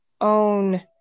own